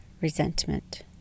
resentment